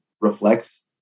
reflects